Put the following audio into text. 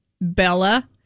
Bella